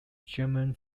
german